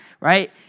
right